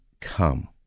come